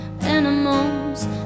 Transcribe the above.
Animals